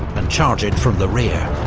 and charge it from the rear.